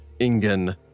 Ingen